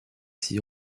six